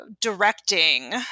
directing